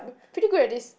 pretty good in this